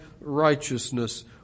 righteousness